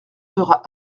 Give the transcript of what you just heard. sera